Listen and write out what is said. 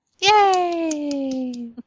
Yay